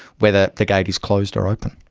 whether the gate is closed or open.